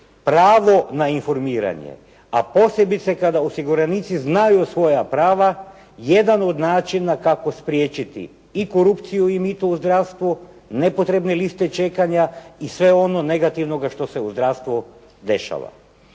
pravo na informiranje, a posebice kada osiguranici znaju svoja prava jedan od načina kako spriječiti i korupciju i mito u zdravstvu, nepotrebne liste čekanja i sve ono negativnoga što se u zdravstvu dešava.